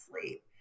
sleep